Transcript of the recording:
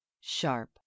sharp